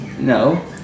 No